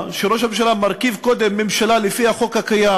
שראש הממשלה מרכיב קודם ממשלה לפי החוק הקיים,